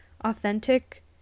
authentic